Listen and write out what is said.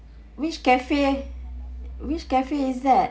which cafe which cafe is that